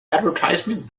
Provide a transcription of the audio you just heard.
advertisement